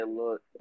look